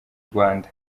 rwanda